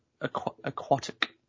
aquatic